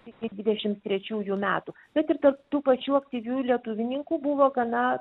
iki dvidešim trečiųjų metų bet ir tarp tų pačių aktyvių lietuvininkų buvo gana